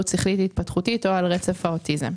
שכלית התפתחותית או על רצף האוטיזם.